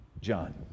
John